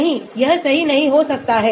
नहीं यह सही नहीं हो सकता है